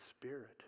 Spirit